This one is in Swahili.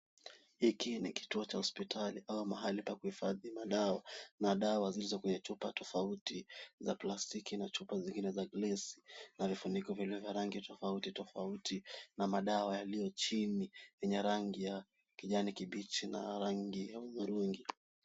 Hiki ni kituo cha hospitali au mahali pa kuhifadhi madawa. Dawa ziliko kwenye chupa za plastiki na chupa zingine za glesi na vifuniko vilivyo na rangi tofautitofauti na madawa yaliyo chini yenye rangi ya kijani kibichi na rangi ya hudhurungi.